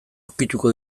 ukituko